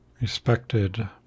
Respected